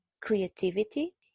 creativity